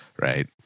right